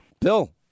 Bill